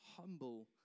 humble